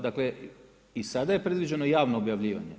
Dakle i sada je predviđeno javno objavljivanje.